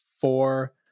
four